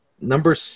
Number